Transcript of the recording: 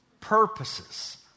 purposes